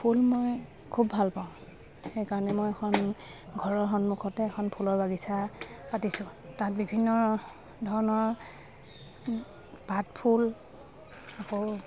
ফুল মই খুব ভাল পাওঁ সেইকাৰণে মই এখন ঘৰৰ সন্মুখতে এখন ফুলৰ বাগিচা পাতিছোঁ তাত বিভিন্ন ধৰণৰ পাত ফুল আকৌ